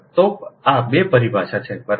તો આ 2 પરિભાષા છે બરાબર